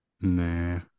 Nah